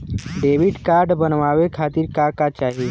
Debit card बनवावे खातिर का का चाही?